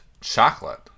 chocolate